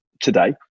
today